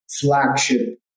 flagship